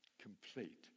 complete